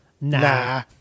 Nah